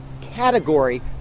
category